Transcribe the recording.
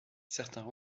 certains